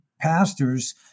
pastors